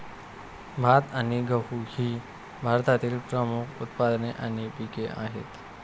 भात आणि गहू ही भारतातील प्रमुख उत्पादने आणि पिके आहेत